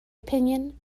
opinion